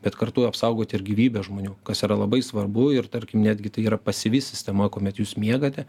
bet kartu apsaugoti ir gyvybę žmonių kas yra labai svarbu ir tarkim netgi tai yra pasyvi sistema kuomet jūs miegate